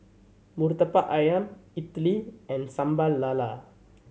Murtabak Ayam idly and Sambal Lala